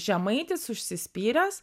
žemaitis užsispyręs